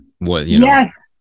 Yes